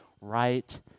right